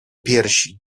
piersi